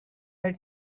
had